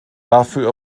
dafür